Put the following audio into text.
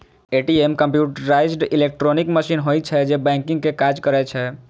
ATM computerized electronic machine होइ छै, जे बैंकिंग के काज करै छै